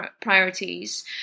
priorities